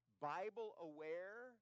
Bible-aware